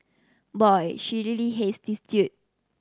boy she really hates this due